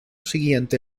siguiente